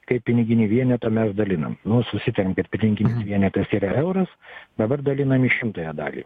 kaip piniginį vienetą mes dalinam nu susitriam kad piniginis vienetas yra euras dabar dalinam į šimtąją dalį